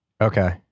Okay